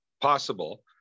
possible